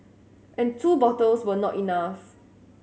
and two bottles were not enough